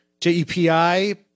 JEPI